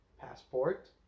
Passport